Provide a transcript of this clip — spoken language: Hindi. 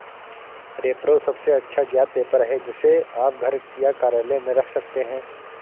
रेप्रो सबसे अच्छा ज्ञात पेपर है, जिसे आप घर या कार्यालय में रख सकते हैं